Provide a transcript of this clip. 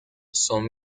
son